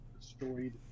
destroyed